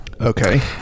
Okay